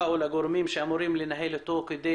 או לגורמים שאמורים לנהל אותו כדי